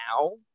now